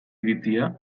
iritzia